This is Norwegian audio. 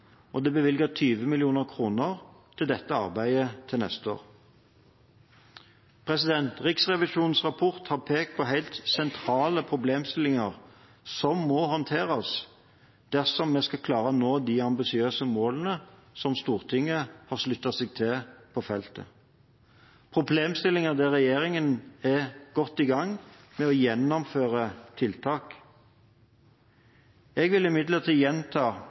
Det er bevilget 20 mill. kr til dette arbeidet til neste år. Riksrevisjonens rapport har pekt på helt sentrale problemstillinger som må håndteres dersom vi skal klare å nå de ambisiøse målene som Stortinget har sluttet seg til på feltet – problemstillinger der regjeringen er godt i gang med å gjennomføre tiltak. Jeg vil imidlertid gjenta